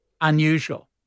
unusual